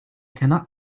cannot